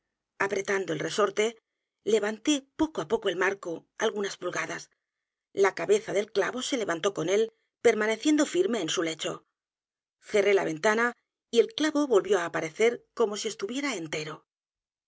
s p u l g a d a s la cabeza del clavo se levantó con él permaneciendo firme en su lecho cerré la ventana y el clavo volvió á aparecer como si estuviera